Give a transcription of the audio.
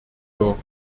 bürger